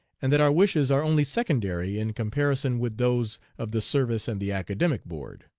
and that our wishes are only secondary in comparison with those of the service and the academic board.